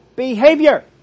behavior